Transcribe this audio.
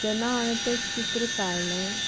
जेन्ना हावें तें चित्र काडलें